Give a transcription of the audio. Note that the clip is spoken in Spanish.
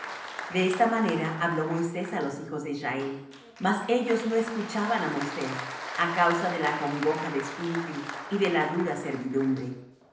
de esta manera habló moisés á los hijos de israel mas ellos no escuchaban á moisés á causa de la congoja de espíritu y de la dura servidumbre